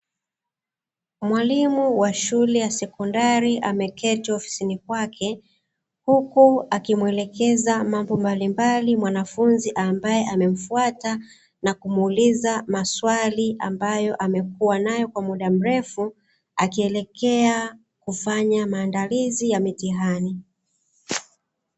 Mwalimu wa shule ya sekondari ameketi ofisini kwake huku akimwelekeza mambo, mbalimbali mwanafunzi ambae amemfwata na kumuuliza maswali ambayo amekuwa nayo kwa mda mrefu akielekea kufanya maandalizi ya mitihani.